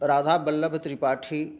Radhavallabh Tripathi